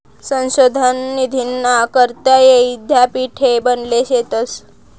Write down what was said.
संशोधन निधीना करता यीद्यापीठे बनेल शेतंस